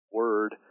word